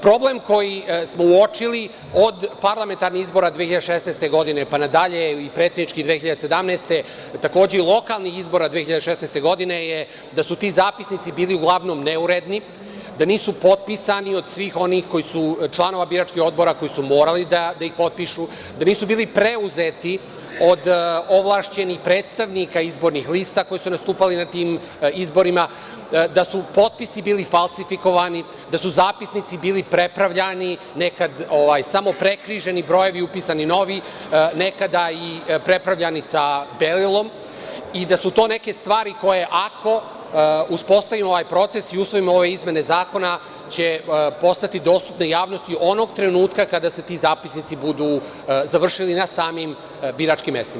Problem koji smo uočili od parlamentarnih izbora 2016. godine, pa na dalje, predsedničkih 2017. godine, takođe i lokalnih izbora 2016. godine je da su ti zapisnici bili uglavnom neuredni, da nisu potpisani od svih onih članova biračkih odbora koji su morali da ih potpišu, da nisu bili preuzeti od ovlašćenih predstavnika izbornih lista koji su nastupali na tim izborima, da su potpisi bili falsifikovani, da su zapisnici bili prepravljani, nekada samo prekriženi brojevi, upisani novi, nekada i prepravljani sa belilom i da su to neke stvari koje, ako uspostavimo ovaj proces i usvojimo ove izmene zakona, će postati dostupni javnosti onog trenutka kada se ti zapisnici budu završili na samim biračkim mestima.